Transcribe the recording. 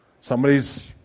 Somebody's